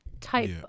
type